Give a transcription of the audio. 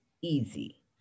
easy